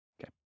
Okay